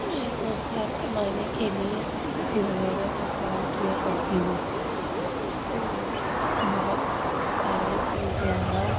میں روزگار کمانے کے لیے سلائی وغیرہ کا کام کیا کرتی ہوں جس سے میرے لیے بہت سارے انتظام